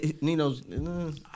Nino's